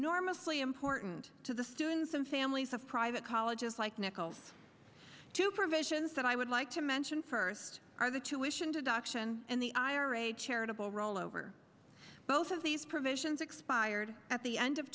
enormously important to the students and families of private colleges like nichols two provisions that i would like to mention first are the tuition deduction and the ira charitable rollover both of these provisions expired at the end of